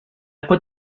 put